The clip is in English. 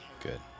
Good